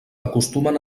acostumen